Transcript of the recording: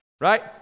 Right